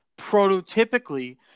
prototypically